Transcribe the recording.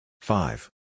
Five